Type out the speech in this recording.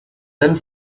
and